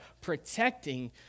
protecting